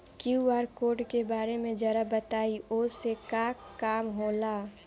QR code के बारे में जरा बताई वो से का काम होला?